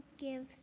gives